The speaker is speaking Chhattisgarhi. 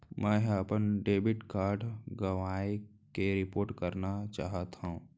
मै हा अपन डेबिट कार्ड गवाएं के रिपोर्ट करना चाहत हव